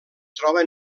troben